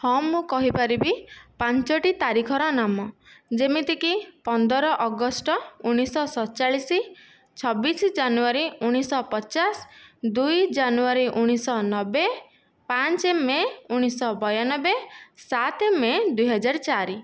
ହଁ ମୁଁ କହିପାରିବି ପାଞ୍ଚୋଟି ତାରିଖର ନାମ ଯେମିତିକି ପନ୍ଦର ଅଗଷ୍ଟ ଉଣେଇଶ ସତଚାଳିଶ ଛବିଶ ଜାନୁଆରୀ ଉଣେଇଶ ପଚାଶ ଦୁଇ ଜାନୁଆରୀ ଉଣେଇଶ ନବେ ପାଞ୍ଚ ମେ' ଉଣେଇଶ ବୟାନବେ ସାତ ମେ ଦୁଇ ହଜାର ଚାରି